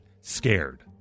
scared